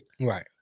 Right